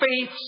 Faith